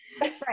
Right